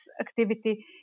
activity